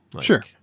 Sure